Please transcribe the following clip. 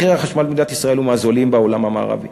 החשמל במדינת ישראל הוא מהזולים בעולם המערבי,